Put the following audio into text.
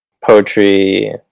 poetry